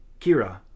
Kira